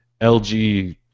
LG